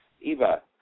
Eva